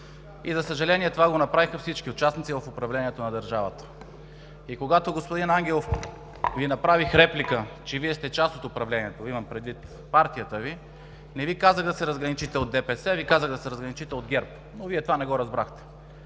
За съжаление, това го направиха всички участници в управлението на държавата. Господин Ангелов, когато Ви направих реплика, че Вие сте част от управлението, имах предвид партията Ви, не Ви казах да се разграничите от ДПС, а Ви казах да се разграничите от ГЕРБ, но Вие не разбрахте